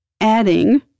adding